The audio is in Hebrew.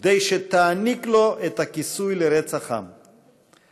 כדי שתעניק לו את הכיסוי לרצח עם.